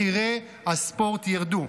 מחירי הספורט ירדו.